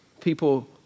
people